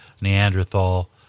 Neanderthal